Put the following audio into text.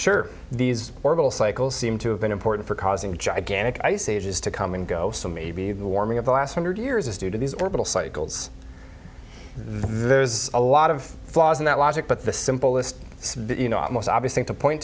sure these orbital cycles seem to have been important for causing gigantic ice ages to come and go so maybe the warming of the last hundred years is due to these orbital cycles there's a lot of flaws in that logic but the simple list you know most obvious thing to point